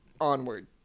Onward